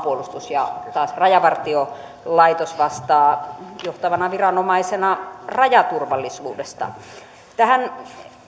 ja taas rajavartiolaitos vastaa johtavana viranomaisena rajaturvallisuudesta tähän